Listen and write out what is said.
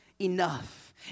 enough